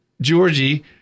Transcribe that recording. georgie